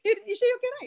ir išėjo gerai